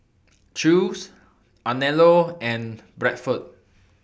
Chew's Anello and Bradford